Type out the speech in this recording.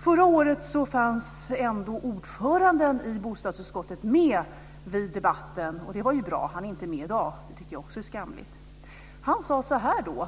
Förra året fanns ändå ordföranden i bostadsutskottet med vid debatten, och det var bra. Han är inte med i dag. Det tycker jag också är skamligt. Jag tänker säga vad